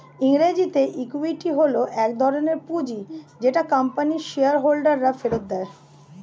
ইংরেজিতে ইক্যুইটি হল এক ধরণের পুঁজি যেটা কোম্পানির শেয়ার হোল্ডাররা ফেরত দেয়